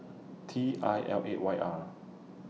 T I L eight Y R